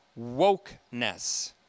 wokeness